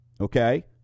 Okay